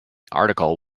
article